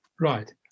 Right